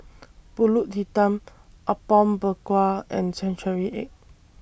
Pulut Hitam Apom Berkuah and Century Egg